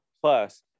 plus